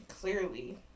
Clearly